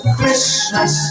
Christmas